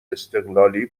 استقلالی